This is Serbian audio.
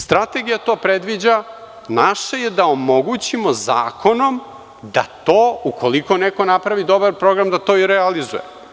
Strategija to predviđa, naše je da omogućimo zakonom da to, ukoliko neko napravi dobar program, da to i realizuje.